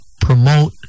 promote